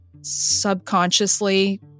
subconsciously